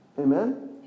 Amen